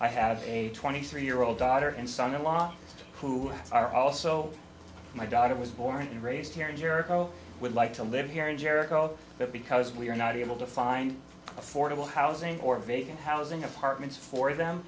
i have a twenty three year old daughter and son in law who are also my daughter was born and raised here in europe though would like to live here in jericho but because we are not able to find affordable housing or vacant housing apartments for them